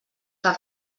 que